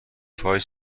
فای